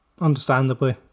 understandably